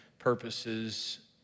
purposes